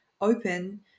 open